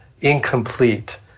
incomplete